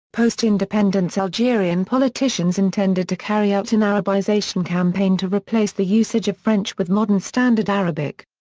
post-independence algerian politicians intended to carry out an arabization campaign to replace the usage of french with modern standard arabic.